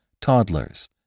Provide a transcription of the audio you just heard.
toddlers